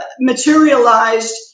materialized